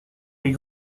les